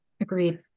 Agreed